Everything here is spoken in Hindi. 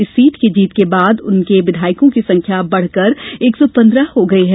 इस सीट के जीत के बाद उसके विधायकों की संख्या बढ़कर एक सौ पन्द्रह हो गई है